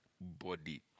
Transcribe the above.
body